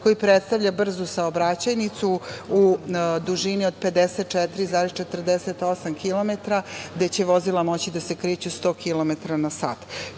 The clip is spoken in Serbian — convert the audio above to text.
koji predstavlja brzu saobraćajnicu u dužini od 54,48 kilometara, gde će vozila moći da se kreću 100 kilometara